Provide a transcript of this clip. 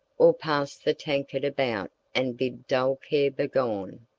or pass the tankard about and bid dull care begone.